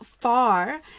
far